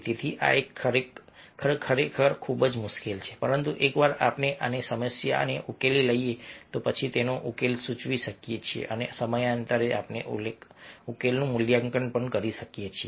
તેથી આ ખરેખર ખૂબ જ મુશ્કેલ છે પરંતુ એકવાર આપણે અને સમસ્યાને ઓળખી લઈએ પછી આપણે ઉકેલ સૂચવી શકીએ છીએ અને સમયાંતરે આપણે ઉકેલનું મૂલ્યાંકન પણ કરી શકીએ છીએ